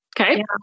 Okay